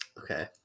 Okay